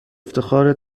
افتخار